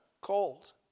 cold